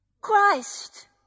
Christ